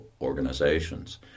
organizations